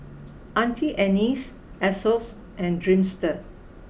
Auntie Anne's Asos and Dreamster